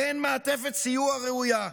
אין מעטפת סיוע ראויה.